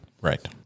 Right